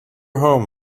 home